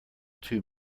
too